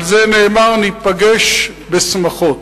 על זה נאמר: ניפגש בשמחות.